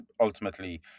ultimately